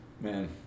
Man